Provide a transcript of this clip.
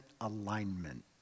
alignment